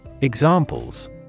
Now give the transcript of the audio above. Examples